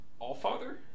Allfather